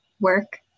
work